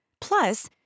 Plus